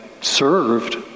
served